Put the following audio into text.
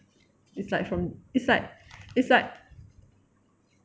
it's like from it's like it's like